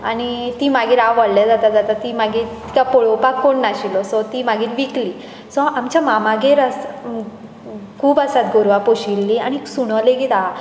आनी ती मागीर हांव व्हडलें जाता जाता तिका पळोवपाक कोण नाशिल्लो सो ती मागीर विकली सो आमच्या मामागेर आसा खूब आसा गोरवां पोशिल्लीं आनीक सुणो लेगीत आहा